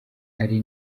ari